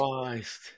Christ